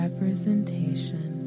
Representation